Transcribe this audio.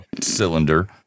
cylinder